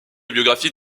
biographie